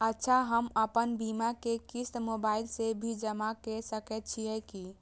अच्छा हम आपन बीमा के क़िस्त मोबाइल से भी जमा के सकै छीयै की?